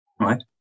right